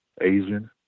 Asian